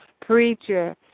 preacher